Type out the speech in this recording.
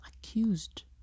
accused